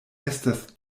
estas